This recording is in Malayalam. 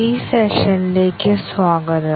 ഈ സെഷനിലേക്ക് സ്വാഗതം